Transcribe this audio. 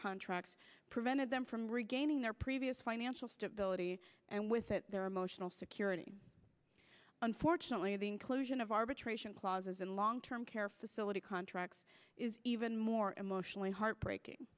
contracts prevented them from regaining their previous financial stability and with it their emotional security unfortunately the inclusion of arbitration clauses in long term care facility contracts is even more emotionally heartbreaking